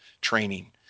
training